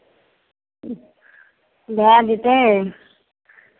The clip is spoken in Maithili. भए जेतै